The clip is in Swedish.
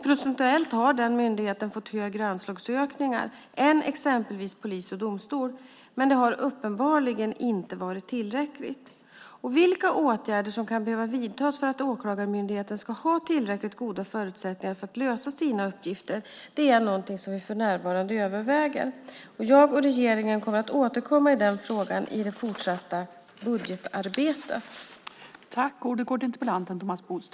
Procentuellt har myndigheten fått högre anslagsökningar än exempelvis polis och domstol, men det har uppenbarligen inte varit tillräckligt. Vilka åtgärder som kan behöva vidtas för att Åklagarmyndigheten ska ha tillräckligt goda förutsättningar för att lösa sina uppgifter är något som vi för närvarande överväger. Jag och regeringen kommer att återkomma i denna fråga i det fortsatta budgetarbetet.